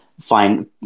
find